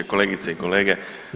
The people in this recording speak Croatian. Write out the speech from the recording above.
Kolegice i kolege.